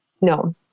No